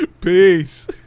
Peace